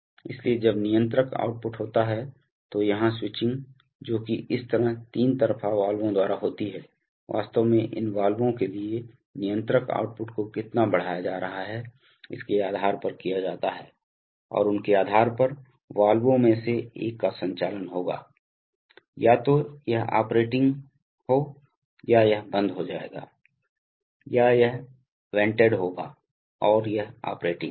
इसलिए जब नियंत्रक आउटपुट होता है तो यहां स्विचिंग जो कि इस तीन तरफा वाल्वों द्वारा होती है वास्तव में इन वाल्वों के लिए नियंत्रक आउटपुट को कितना बढ़ाया जा रहा है इसके आधार पर किया जाता है और उनके आधार पर वाल्वों में से एक का संचालन होगा या तो यह ऑपरेटिंग हो या यह बंद हो जाएगा या यह वेंटेड होगा और यह ऑपरेटिंग होगा